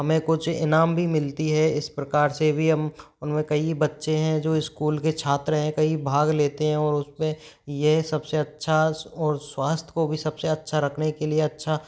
हमें कुछ इनाम भी मिलती है इस प्रकार से भी हम उनमें कई बच्चे हैं जो स्कूल के छात्र हैं कई भाग लेते हैं और उसमें यह सबसे अच्छा और स्वास्थय को भी सबसे अच्छा रखने के लिए अच्छा